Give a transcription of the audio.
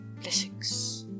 Blessings